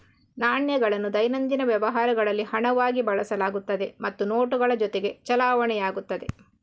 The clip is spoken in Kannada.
ನಾಣ್ಯಗಳನ್ನು ದೈನಂದಿನ ವ್ಯವಹಾರಗಳಲ್ಲಿ ಹಣವಾಗಿ ಬಳಸಲಾಗುತ್ತದೆ ಮತ್ತು ನೋಟುಗಳ ಜೊತೆಗೆ ಚಲಾವಣೆಯಾಗುತ್ತದೆ